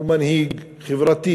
הוא מנהיג חברתי